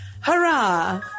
hurrah